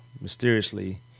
mysteriously